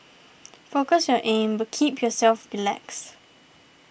focus on your aim but keep yourself relaxed